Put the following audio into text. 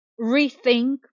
rethink